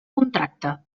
contracte